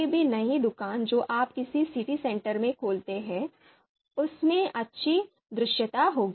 कोई भी नई दुकान जो आप किसी सिटी सेंटर में खोलते हैं उसमें अच्छी दृश्यता होगी